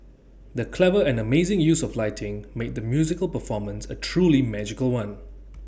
the clever and amazing use of lighting made the musical performance A truly magical one